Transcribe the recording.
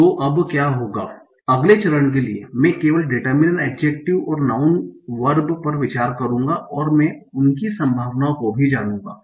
तो अब क्या होगा अगले चरण के लिए मैं केवल डिटरमिनर एड्जेक्टिव और नाऊँन वर्ब पर विचार करूंगा और मैं उनकी संभावनाओं को भी जानूंगा